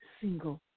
single